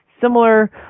similar